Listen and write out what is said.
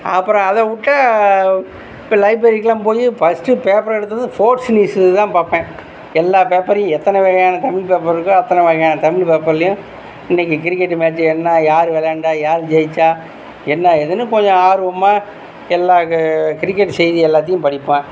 அப்புறம் அதை விட்டா இப்போ லைப்பேரிகெல்லாம் போய் ஃபர்ஸ்ட் பேப்பரை எடுத்துகிட்டு வந்து ஸ்போர்ட்ஸ் நியூஸ் தான் பார்ப்பேன் எல்லா பேப்பரையும் எத்தனை வகையான தமிழ் பேப்பர் இருக்கோ அத்தனை வகையான தமிழ் பேப்பர்லையும் இன்னைக்கு கிரிக்கெட் மேட்ச் என்ன யார் விளையான்டா யார் ஜெயிச்சா என்ன ஏதுன்னு கொஞ்சம் ஆர்வமாக எல்லா கிரிக்கெட் செய்தி எல்லாதையும் படிப்பேன்